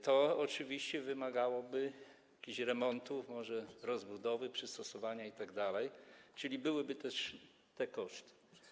To oczywiście wymagałoby jakichś remontów, może rozbudowy, przystosowania itd., czyli byłyby też i koszty.